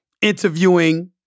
interviewing